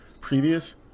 previous